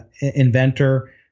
inventor